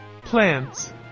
plants